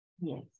Yes